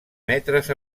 metres